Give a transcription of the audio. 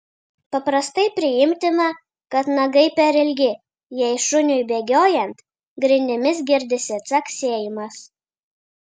paprastai priimtina kad nagai per ilgi jei šuniui bėgiojant grindimis girdisi caksėjimas